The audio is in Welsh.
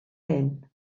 hyn